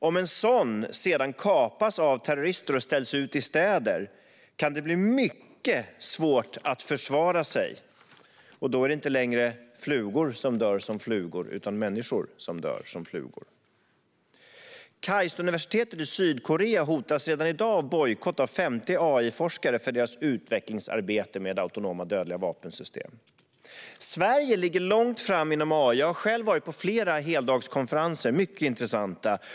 Om en sådan sedan kapas av terrorister och ställs ut i städer kan det bli mycket svårt att försvara sig, och då är det inte längre flugor som dör som flugor utan människor som dör som flugor. KAIST-universitetet i Sydkorea hotas redan i dag av bojkott av 50 AI-forskare för deras utvecklingsarbete med autonoma, dödliga vapensystem. Sverige ligger långt fram inom AI. Jag har själv varit på flera heldagskonferenser, mycket intressanta.